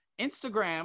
Instagram